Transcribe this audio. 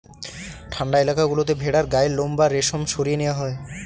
ঠান্ডা এলাকা গুলোতে ভেড়ার গায়ের লোম বা রেশম সরিয়ে নেওয়া হয়